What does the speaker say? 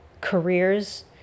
careers